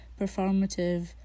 performative